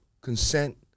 consent